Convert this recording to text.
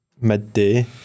midday